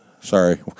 Sorry